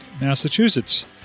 Massachusetts